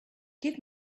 give